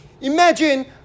Imagine